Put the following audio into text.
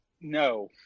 No